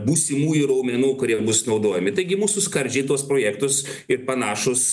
būsimųjų raumenų kurie bus naudojami taigi mūsų skardžiai tuos projektus ir panašūs